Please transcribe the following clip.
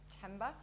September